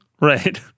Right